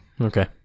Okay